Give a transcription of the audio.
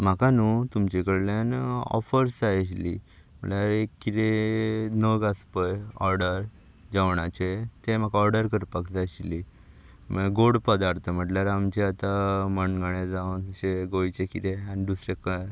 म्हाका न्हू तुमचे कडल्यान ऑफर्स जाय आशिल्ली म्हळ्यार एक किदें नग आसता पळय ऑर्डर जेवणाचे ते म्हाका ऑर्डर करपाक जाय आशिल्ली म्हळ्यार गोड पदार्थ म्हटल्यार आमचे आतां मणगणें जावं तशें गोंयचें किदें आनी दुसरें